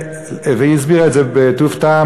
והיא הסבירה את זה בטוב טעם,